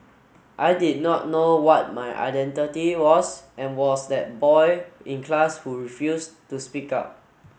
I did not know what my identity was and was that boy in class who refused to speak up